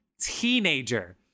teenager